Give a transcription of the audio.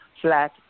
flat